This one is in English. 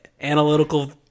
analytical